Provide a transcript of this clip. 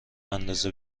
اندازه